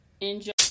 Enjoy